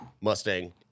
Mustang